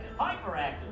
hyperactive